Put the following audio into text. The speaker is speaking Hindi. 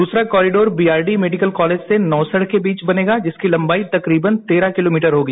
द्रसरा कॉरिडोर बीआरडी मेडिकल कॉलेज से नौसढ़ के बीच बनेगा जिसकी लंबाई तकरीबन तेरह किलोमीटर होगी